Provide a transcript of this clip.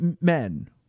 men